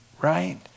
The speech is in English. right